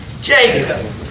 Jacob